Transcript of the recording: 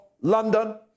London